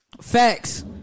Facts